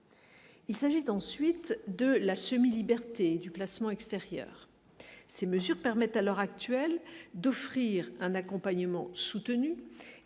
Il s'agit ensuite de la semi-liberté du placement extérieur ces mesures permettent à l'heure actuelle, d'offrir un accompagnement et